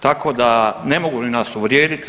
Tako da ne mogu oni nas uvrijedit.